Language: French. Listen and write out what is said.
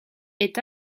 est